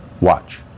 Watch